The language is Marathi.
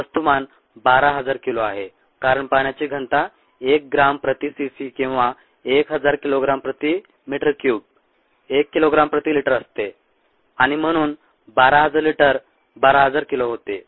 आणि वस्तुमान 12000 किलो आहे कारण पाण्याची घनता 1 ग्राम प्रति सीसी किंवा 1000 किलोग्राम प्रति मीटर क्यूब 1 किलोग्राम प्रति लिटर असते आणि म्हणून 12000 लिटर 12000 किलो होते